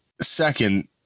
second